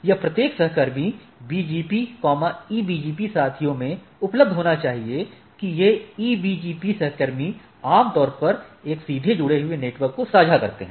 यह प्रत्येक सहकर्मी BGP EBGP साथियों में उपलब्ध होना चाहिए कि ये EBGP सहकर्मी आमतौर पर एक सीधे जुड़े हुए नेटवर्क को साझा करते हैं